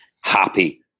happy